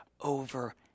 over